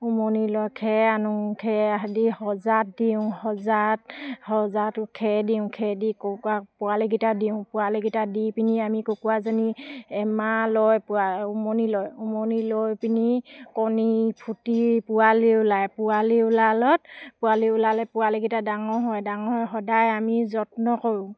উমনিলৈ খেৰ আনো খেৰ দি সজাত দিওঁ সজাত সজাতো খেৰ দিওঁ খেৰ দি কুকুৰা পোৱালিকেইটা দিওঁ পোৱালিকেইটা দি পিনে কুকুৰাজনী এমাহলৈ উমনি লয় উমনি লৈ পিনে কণী ফুটি পোৱালি ওলায় পোৱালি ওলালত পোৱালি ওলালে পোৱালিকেইটা ডাঙৰ হয় ডাঙৰ হয় সদায় আমি যত্ন কৰোঁ